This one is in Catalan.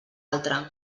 altra